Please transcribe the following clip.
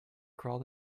crawled